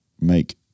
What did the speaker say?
make